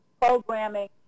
programming